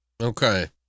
Okay